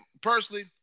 personally